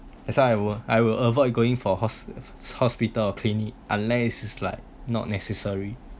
that's why I will I will avoid going for hos~ hospital or clinic unless it is like not necessary